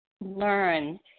learn